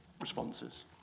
responses